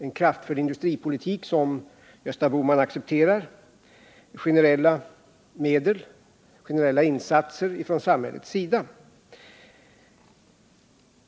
En kraftfull industripolitik som Gösta Bohman accepterar förutsätter alltså generella insatser från samhällets sida.